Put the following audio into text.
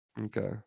Okay